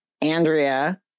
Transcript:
andrea